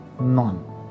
None